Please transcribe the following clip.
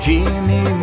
Jimmy